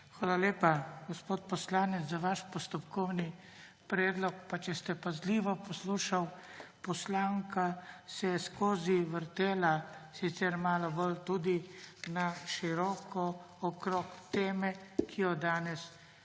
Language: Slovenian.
Hvala lepa, gospod poslanec, za vaš postopkovni predlog. Če ste pazljivo poslušali, poslanka se je ves čas vrtela, sicer malo bolj tudi na široko, okrog teme, ki jo danes